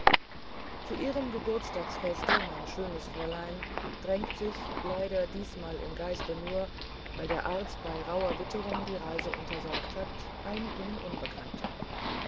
zu ihrem geburtsfeste mein schönes fräulein drängt sich leider diesmal im geiste nur weil der arzt bei rauher witterung die reise untersagt hat ein ihnen unbekannter